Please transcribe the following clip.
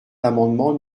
l’amendement